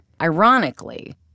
Ironically